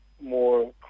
more